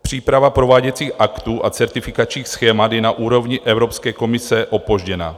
Příprava prováděcích aktů a certifikačních schémat je na úrovni Evropské komise opožděna.